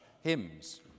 hymns